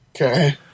Okay